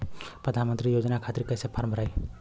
प्रधानमंत्री योजना खातिर कैसे फार्म भराई?